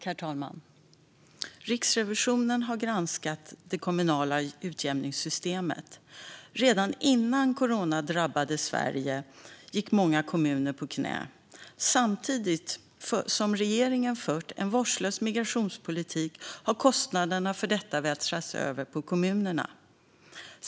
Herr talman! Riksrevisionen har granskat det kommunala utjämningssystemet. Redan innan coronaviruset drabbade Sverige gick många kommuner på knäna. Samtidigt som regeringen fört en vårdslös migrationspolitik har kostnaderna för detta vältrats över på kommunerna.